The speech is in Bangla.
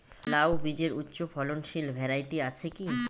লাউ বীজের উচ্চ ফলনশীল ভ্যারাইটি আছে কী?